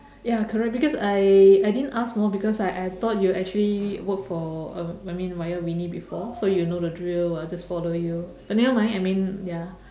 ya correct because I I didn't ask more because I I thought you actually work for uh I mean before so you know the drill I just follow you but never mind I mean ya